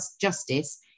justice